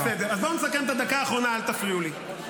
בסדר, אז בוא נסכם שבדקה האחרונה, אל תפריעו לי.